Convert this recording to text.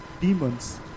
demons